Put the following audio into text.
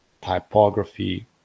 typography